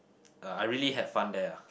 uh I really had fun there ah